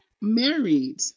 married